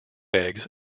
eggs